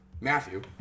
Matthew